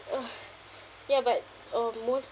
oh ya but um most